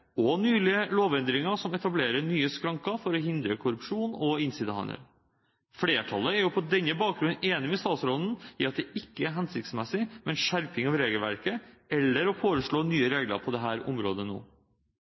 og nylige lovendringer som etablerer nye skranker for å hindre korrupsjon og innsidehandel. Flertallet er på denne bakgrunn enig med statsråden i at det ikke er hensiktsmessig med en skjerping av regelverket eller å foreslå nye regler på dette området nå.